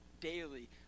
daily